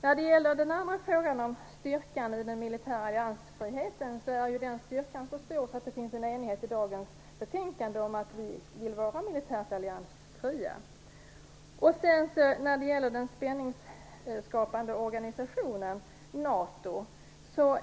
När det gäller den andra frågan, den om styrkan i den militära alliansfriheten, är ju denna styrka så stor att det finns en enighet i dagens betänkande om att vi skall vara militärt alliansfria. Sedan vill jag säga något om det här med den spänningsskapande organisationen NATO.